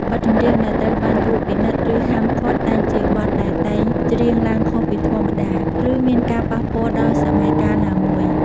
បទចម្រៀងដែលត្រូវបានត្រួតពិនិត្យ ឬហាមឃាត់តែងជាបទដែល តែងច្រៀងឡើងខុសពីធម្មតា ឬមានការប៉ះពាល់ដល់សម័យកាលណាមួយ។